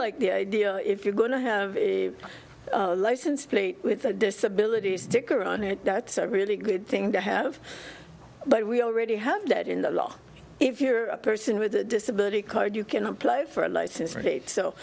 like the idea if you're going to have a license plate with a disability sticker on it that's a really good thing to have but we already have that in the law if you're a person with a disability card you can apply for a license